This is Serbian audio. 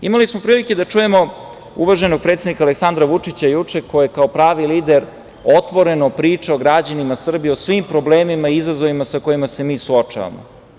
Imali smo prilike da čujemo uvaženog predsednika Aleksandra Vučića juče, koji je kao pravi lider otvoreno pričao građanima Srbije o svim problemima i izazovima sa kojima se mi suočavamo.